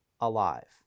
alive